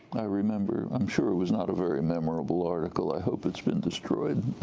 i remember i'm sure it was not a very memorable article. i hope it's been destroyed.